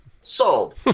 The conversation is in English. Sold